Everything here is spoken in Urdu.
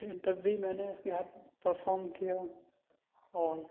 لیکن تب بھی میں نے اس کے ساتھ پرفارم کیا اور